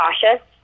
cautious